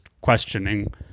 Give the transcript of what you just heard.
questioning